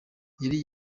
yari